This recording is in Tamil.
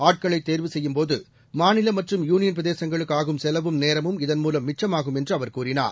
ஆட்களை தேர்வு செய்யும்போது மாநில மற்றும் யூனியன் பிரதேசங்களுக்கு ஆகும் செலவும் நேரமும் இதன்மூலம் மிச்சமாகும் என்று அவர் கூறினார்